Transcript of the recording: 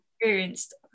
experienced